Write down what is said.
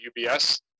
UBS